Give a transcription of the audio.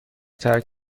ترک